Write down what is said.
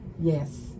Yes